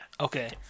Okay